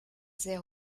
sehr